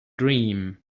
dream